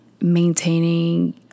maintaining